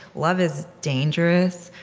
love is dangerous.